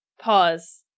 Pause